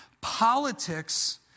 Politics